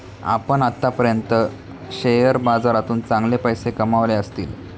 आपण आत्तापर्यंत शेअर बाजारातून चांगले पैसे कमावले असतील